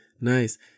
nice